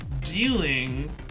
dealing